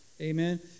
Amen